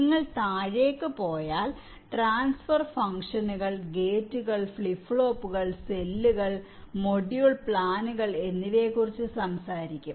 നിങ്ങൾ താഴേക്ക് പോയാൽ ട്രാൻസ്ഫർ ഫംഗ്ഷനുകൾ ഗേറ്റുകൾ ഫ്ലിപ്പ് ഫ്ലോപ്പുകൾ സെല്ലുകൾ മൊഡ്യൂൾ പ്ലാനുകൾ എന്നിവയെക്കുറിച്ച് സംസാരിക്കും